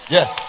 Yes